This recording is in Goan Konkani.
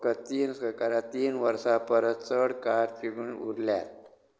फकत तीन सरकारां तीन वर्सां परस चड काळ तिगून उरल्यांत